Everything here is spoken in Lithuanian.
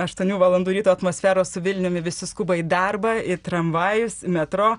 aštuonių valandų ryto atmosferos su vilniumi visi skuba į darbą ir tramvajus metro